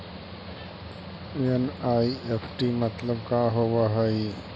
NEFT मतलब का होब हई?